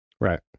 right